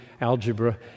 algebra